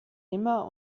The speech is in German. immer